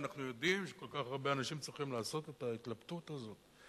ואנחנו יודעים שכל כך הרבה אנשים צריכים לעשות את ההתלבטות הזאת,